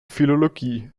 philologie